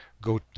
go